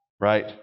Right